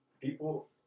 people